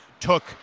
took